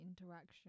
interaction